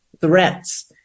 threats